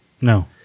No